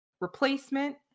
replacement